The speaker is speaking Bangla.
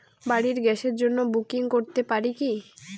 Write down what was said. বাড়ির গ্যাসের জন্য বুকিং করতে পারি কি?